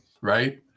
Right